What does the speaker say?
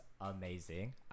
amazing